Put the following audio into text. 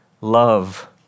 Love